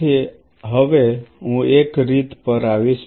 તેથી હવે હું એક રીત પર આવીશ